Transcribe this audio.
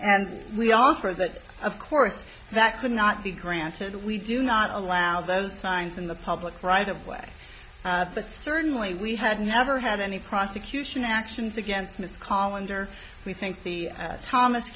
and we are for that of course that would not be granted we do not allow those signs in the public right of way but certainly we have never had any prosecution actions against ms colander we think the thomas